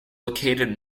located